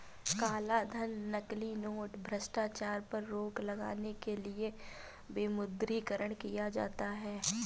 कालाधन, नकली नोट, भ्रष्टाचार पर रोक लगाने के लिए विमुद्रीकरण किया जाता है